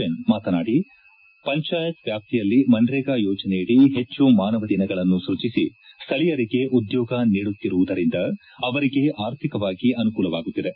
N ಮಾತನಾಡಿ ಪಂಚಾಯತ್ ವ್ಯಾಪ್ತಿಯಲ್ಲಿ ಮನ್ರೇಗಾ ಯೋಜನೆಯಡಿ ಹೆಚ್ಚು ಮಾನವ ದಿನಗಳನ್ನು ಸೃಜಿಸಿ ಸ್ವಳೀಯರಿಗೆ ಉದ್ಯೋಗ ನೀಡುತ್ತಿರುವುದರಿಂದ ಅವರಿಗೆ ಆರ್ಥಿಕವಾಗಿ ಅನುಕೂಲವಾಗುತ್ತಿದೆ